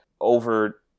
over